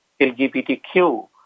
LGBTQ